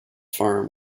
farm